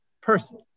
person